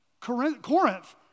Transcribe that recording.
Corinth